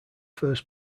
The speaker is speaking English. first